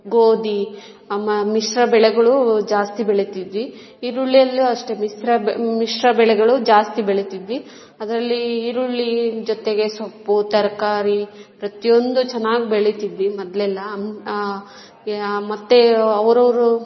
ಗೋಧಿ ಅಮ್ಮ ಮಿಶ್ರ ಬೆಳೆಗಳು ಜಾಸ್ತಿ ಬೆಳೀತಿದ್ವಿ ಈರುಳ್ಳಿಯಲ್ಲೂ ಅಷ್ಟೇ ಮಿಶ್ರ ಮಿಶ್ರ ಬೆಳೆಗಳು ಜಾಸ್ತಿ ಬೆಳೀತಿದ್ವಿ ಅದರಲ್ಲಿ ಈರುಳ್ಳಿ ಜೊತೆಗೆ ಸೊಪ್ಪು ತರಕಾರಿ ಪ್ರತಿಯೊಂದೂ ಚೆನ್ನಾಗಿ ಬೆಳೀತಿದ್ವಿ ಮೊದಲೆಲ್ಲ ಮತ್ತು ಅವರವರು